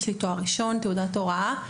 יש לי תואר ראשון ותעודת הוראה.